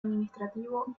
administrativo